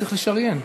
צריך לשריין.